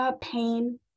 Pain